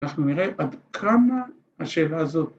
‫אנחנו נראה עד כמה השאלה הזאת.